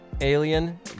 alien